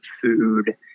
food